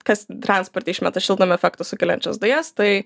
kas transporte išmeta šiltnamio efektą sukeliančias dujas tai